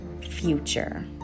future